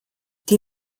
die